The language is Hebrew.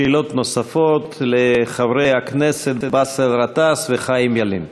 שאלות נוספות לחברי הכנסת באסל גטאס וחיים ילין.